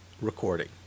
recording